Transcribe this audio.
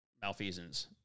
malfeasance